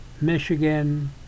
Michigan